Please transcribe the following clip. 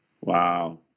Wow